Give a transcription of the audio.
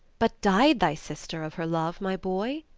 but died thy sister of her love, my boy?